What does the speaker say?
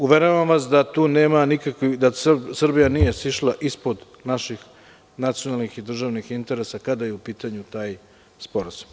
Uveravam vas da Srbija nije sišla ispod naših nacionalnih i državnih interesa kada je u pitanju taj sporazum.